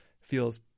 feels